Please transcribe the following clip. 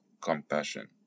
compassion